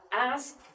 ask